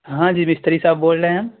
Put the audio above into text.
ہاں جی مستری صاحب بول رہے ہیں ہم